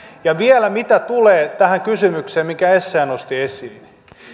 ja vielä mitä tulee tähän kysymykseen minkä essayah nosti esiin